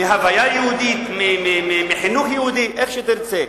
מהוויה יהודית, מחינוך יהודי, איך שתרצה.